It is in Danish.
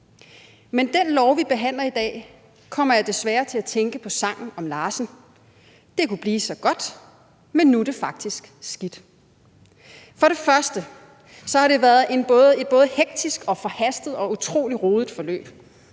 med den lov, vi behandler i dag, kommer jeg desværre til at tænke på sangen om Larsen: »Det ku' bli' så godt, men nu' det faktisk skidt«. Først vil jeg sige, at det har været et både hektisk, forhastet og utrolig rodet forløb;